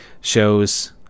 shows